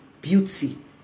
beauty